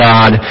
God